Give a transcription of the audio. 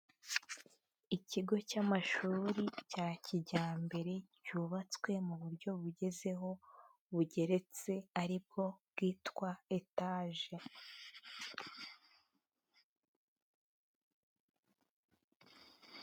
Ikigo cy'amashuri cya kijyambere cyubatswe mu buryo bugezeho bugeretse ari bwo bwitwa etage.